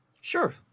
Sure